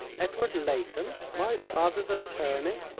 edward leighton! my father's attorney!